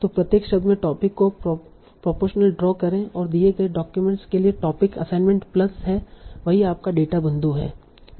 तो प्रत्येक शब्द में टोपिक को प्रोपोरशनल ड्रा करें और जो दिए गए डॉक्यूमेंट के लिए टोपिक असाइनमेंट प्लस है वही आपका डेटा बिंदु है